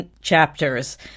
chapters